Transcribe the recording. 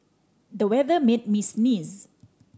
the weather made me sneeze